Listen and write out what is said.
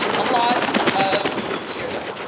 a lot of material.